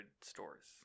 stores